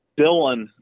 Dylan